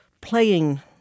playing